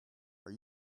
are